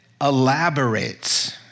elaborates